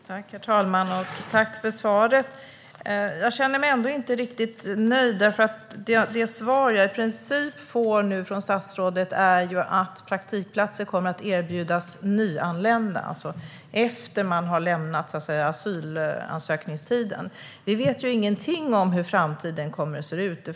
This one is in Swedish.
Herr talman! Jag tackar statsrådet för svaret men känner mig inte riktigt nöjd. Det svar jag får från statsrådet är i princip att praktikplatser kommer att erbjudas nyanlända, alltså dem som har asyltiden bakom sig. Vi vet inget om hur framtiden kommer att se ut.